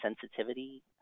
sensitivity